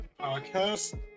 podcast